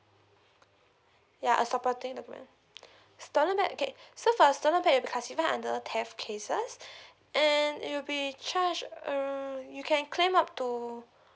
yeah a supporting document stolen bag okay so for stolen bag it will be classify under theft cases and it will be charge um you can claim up to